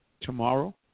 tomorrow